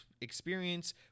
experience